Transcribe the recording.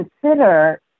consider